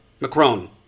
Macron